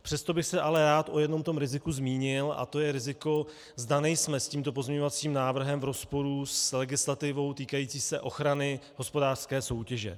Přesto bych se ale rád o jednom tom riziku zmínil a to je riziko, zda nejsme s tímto pozměňovacím návrhem v rozporu s legislativou týkající se ochrany hospodářské soutěže.